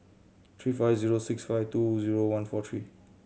three five zero six five two zero one four three